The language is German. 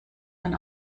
man